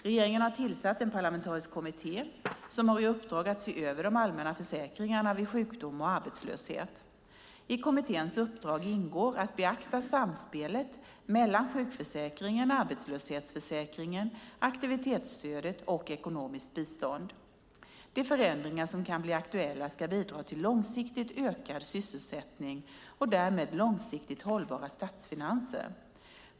Regeringen har tillsatt en parlamentarisk kommitté som har i uppdrag att se över de allmänna försäkringarna vid sjukdom och arbetslöshet. I kommitténs uppdrag ingår att beakta samspelet mellan sjukförsäkringen, arbetslöshetsförsäkringen, aktivitetsstödet och ekonomiskt bistånd. De förändringar som kan bli aktuella ska bidra till långsiktigt ökad sysselsättning och därmed långsiktigt hållbara statsfinanser.